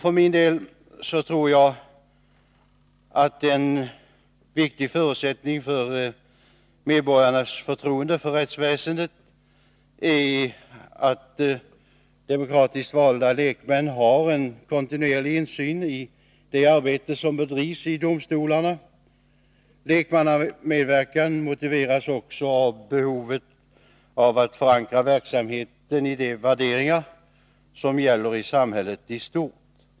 För min del tror jag att en viktig förutsättning för medborgarnas förtroende för rättsväsendet är att demokratiskt valda lekmän kontinuerligt har insyn i det arbete som bedrivs vid domstolarna. Lekmannamedverkan motiveras också av behovet av att förankra verksamheten i de värderingar som gäller i samhället i stort.